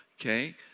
okay